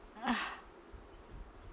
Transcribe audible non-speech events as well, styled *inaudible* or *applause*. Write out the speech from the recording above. *noise*